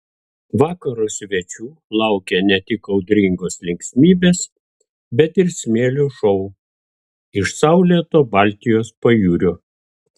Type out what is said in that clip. vakaro svečių laukė ne tik audringos linksmybės bet ir smėlio šou iš saulėto baltijos pajūrio